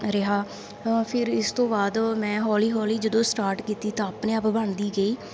ਰਿਹਾ ਫੇਰ ਇਸ ਤੋਂ ਬਾਅਦ ਮੈਂ ਹੌਲੀ ਹੌਲੀ ਜਦੋਂ ਸਟਾਟ ਕੀਤੀ ਤਾਂ ਆਪਣੇ ਆਪ ਬਣਦੀ ਗਈ